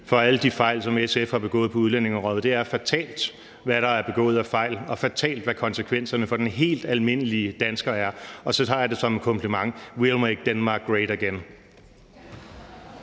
for alle de fejl, som SF har begået på udlændingeområdet. Det er fatalt, hvad der er begået af fejl, og fatalt, hvad konsekvenserne for den helt almindelige dansker er. Og så tager jeg det som en kompliment: We'll make Denmark great again.